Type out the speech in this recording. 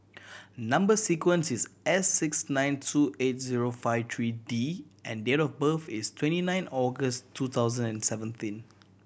number sequence is S six nine two eight zero five three D and date of birth is twenty nine August two thousand and seventeen